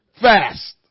fast